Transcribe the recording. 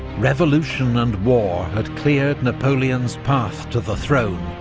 revolution and war had cleared napoleon's path to the throne.